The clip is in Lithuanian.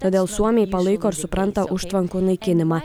todėl suomiai palaiko ir supranta užtvankų naikinimą